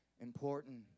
important